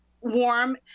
warm